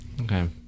Okay